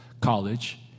college